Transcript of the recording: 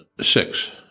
Six